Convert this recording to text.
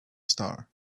star